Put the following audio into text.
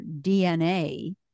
DNA